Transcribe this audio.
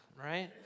right